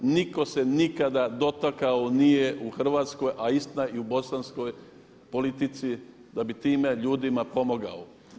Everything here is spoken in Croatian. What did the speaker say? Niko se nikada dotakao nije u hrvatskoj, a istina i u bosanskoj politici da bi time ljudima pomogao.